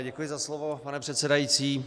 Děkuji za slovo, pane předsedající.